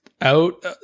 out